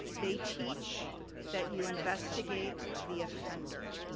they teach that you investigate the offender.